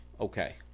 okay